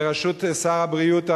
בראשות שר הבריאות,